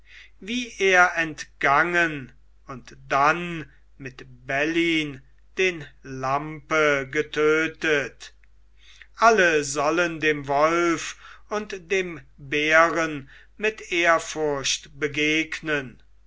wie er entgangen und dann mit bellyn den lampe getötet alle sollen dem wolf und dem bären mit ehrfurcht begegnen